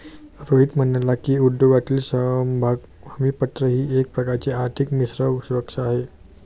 रोहित म्हणाला की, उद्योगातील समभाग हमीपत्र ही एक प्रकारची आर्थिक मिश्र सुरक्षा आहे